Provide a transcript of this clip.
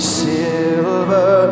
silver